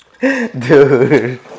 Dude